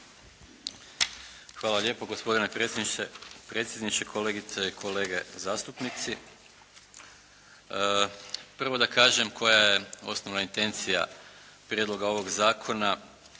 Hvala lijepo. Gospodine predsjedniče, kolegice i kolege zastupnici. Prvo da kažem koja je osnovna intencija prijedloga ovog zakona